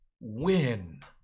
win